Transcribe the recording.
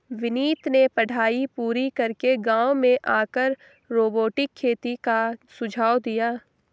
विनीत ने पढ़ाई पूरी करके गांव में आकर रोबोटिक खेती का सुझाव दिया